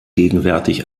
gegenwärtig